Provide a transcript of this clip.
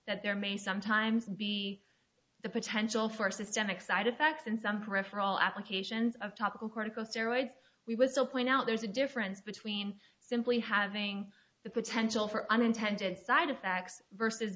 at there may sometimes be the potential for systemic side effects and some peripheral applications of topical corticosteroids we was zero point out there's a difference between simply having the potential for unintended side effects versus